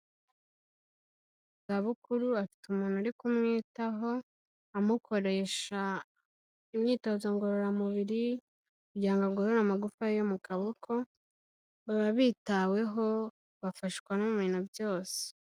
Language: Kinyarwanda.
Muzabukuru, afite umuntu uri kumwitaho, amukoresha imyitozo ngororamubiri, kugira ngo agorore amagufa yo mu kaboko, baba bitaweho, bafashwa no mu bintu byose.